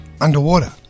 underwater